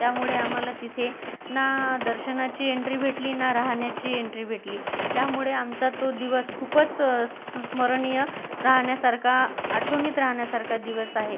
त्यामुळे आम्हाला तिथे ना दर्शनाची एंट्री भेटली ना राहण्याची एंट्री भेटली त्यामुळे आमचा तो दिवस खूपच संस्मरणीय राहण्यासारखा आठवणीत राहण्यासारखा दिवस आहे